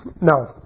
No